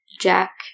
Jack